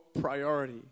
priority